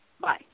Bye